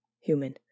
human